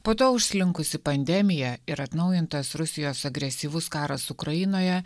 po to užslinkusi pandemija ir atnaujintas rusijos agresyvus karas ukrainoje